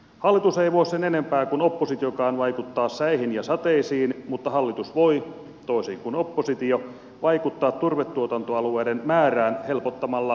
hallitus ei voi sen enempää kuin oppositiokaan vaikuttaa säihin ja sateisiin mutta hallitus voi toisin kuin oppositio vaikuttaa turvetuotantoalueiden määrään helpottamalla lupapolitiikkaa